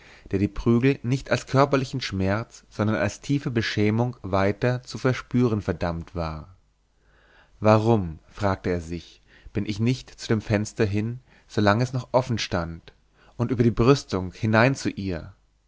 der die prügel nicht als körperlichen schmerz sondern als tiefe beschämung weiter zu verspüren verdammt war warum fragte er sich bin ich nicht zu dem fenster hin solang es noch offen stand und über die brüstung hinein zu ihr